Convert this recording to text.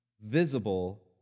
visible